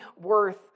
worth